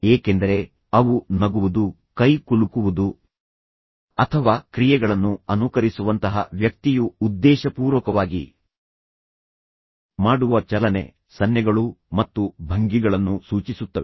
ಏಕೆಂದರೆ ಅವು ನಗುವುದು ಕೈಕುಲುಕುವುದು ಅಥವಾ ಕ್ರಿಯೆಗಳನ್ನು ಅನುಕರಿಸುವಂತಹ ವ್ಯಕ್ತಿಯು ಉದ್ದೇಶಪೂರ್ವಕವಾಗಿ ಮಾಡುವ ಚಲನೆ ಸನ್ನೆಗಳು ಮತ್ತು ಭಂಗಿಗಳನ್ನು ಸೂಚಿಸುತ್ತವೆ